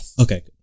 Okay